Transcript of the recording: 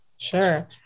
Sure